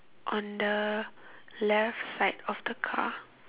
on the left side of the car